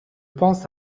pense